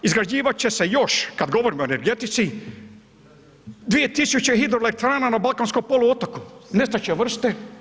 Izgrađivat će se još kada govorimo o energetici 2000 hidroelektrana na Balkanskom poluotoku, nestat će vrste.